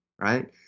Right